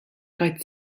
kaj